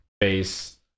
face